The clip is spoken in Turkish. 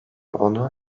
onu